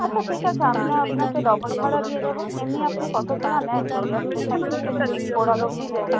আচ্ছা ঠিক আছে আমি নয় আপনাকে ডবল ভাড়া দিয়ে দেবো এমনি আপনি কত ভাড়া নেন গড়িয়া স্টেশন থেকে বোড়াল অবধি যেতে